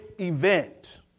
event